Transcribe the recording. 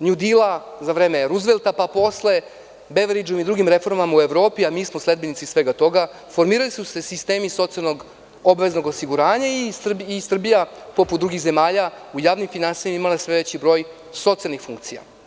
nju dila, za vreme Ruzvelta, pa posle Beveridž i drugim reformama u Evropi, a mi smo sledbenici svega toga, formirali su sistemi socijalnog obaveznog osiguranja i Srbija poput drugih zemalja u javnim finansijama imala je sve veći broj socijalnih funkcija.